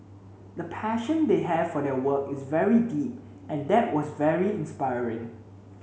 the passion they have for their work is very deep and that was very inspiring